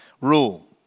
rule